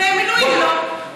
ומילואים, לא.